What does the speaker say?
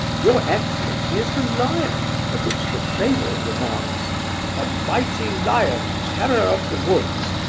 your excellency is the lion of which the fable remarks a mighty lion, terror of the woods,